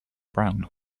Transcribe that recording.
brown